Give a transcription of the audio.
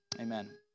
amen